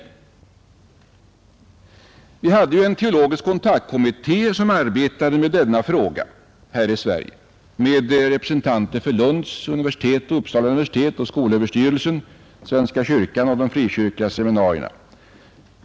En teologisk kontaktkommitté har i Sverige arbetat med denna fråga. Kommittén innehöll representanter för Lunds universitet, Uppsala universitet, skolöverstyrelsen, svenska kyrkan och de frikyrkliga seminarierna.